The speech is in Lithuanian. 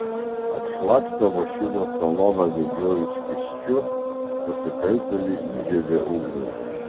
apšlakstę mašinos saloną degiuoju skysčiu nusikaltėliai įžiebė ugnį